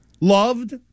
loved